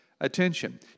attention